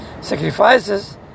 sacrifices